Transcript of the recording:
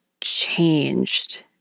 changed